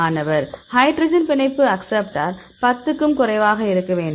மாணவர் ஹைட்ரஜன் பிணைப்பு அக்சப்ட்டார் 10 க்கும் குறைவாக இருக்க வேண்டும்